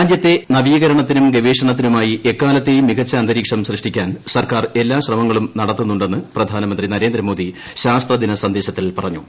രാജ്യത്തെ നവീകരണത്തിനും ഗവേഷണത്തിനുമായി എക്കാലത്തെയും മികച്ച അന്തരീക്ഷം സൃഷ്ടിക്കാൻ സർക്കാർ എല്ലാ ശ്രമങ്ങളും നടത്തുന്നുണ്ടെന്ന് പ്രധാനമന്ത്രി നരേന്ദ്രമോദി ശാസ്ത്രദിന സന്ദേശത്തിൽ പറഞ്ഞു